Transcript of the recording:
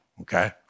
okay